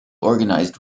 organized